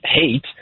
hate